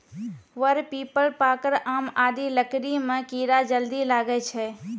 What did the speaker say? वर, पीपल, पाकड़, आम आदि लकड़ी म कीड़ा जल्दी लागै छै